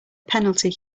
penalty